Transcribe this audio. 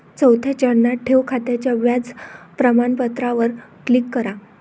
चौथ्या चरणात, ठेव खात्याच्या व्याज प्रमाणपत्रावर क्लिक करा